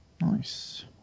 Nice